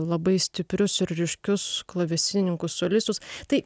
labai stiprius ir ryškius klavesinininkus solistus tai